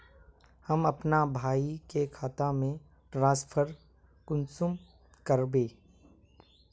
हम अपना भाई के खाता में ट्रांसफर कुंसम कारबे?